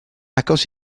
agos